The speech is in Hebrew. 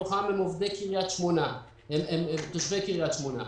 מתוכם תושבי קריית שמונה.